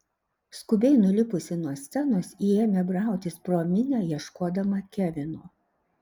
skubiai nulipusi nuo scenos ji ėmė brautis pro minią ieškodama kevino